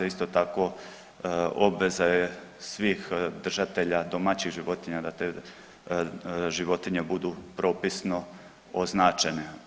Isto tako obveza je svih držatelja domaćih životinja da te životinje budu propisno označene.